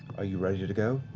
are you ready to go?